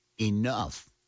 enough